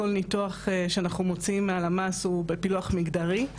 כל ניתוח שאנחנו מוציאים מהלמ"ס הוא בפילוח מגדרי.